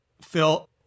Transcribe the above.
Phil